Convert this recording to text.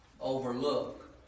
overlook